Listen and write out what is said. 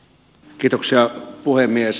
kiitoksia puhemies